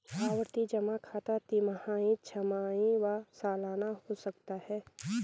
आवर्ती जमा खाता तिमाही, छमाही व सलाना हो सकता है